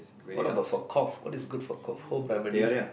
what about for cough what is good for cough family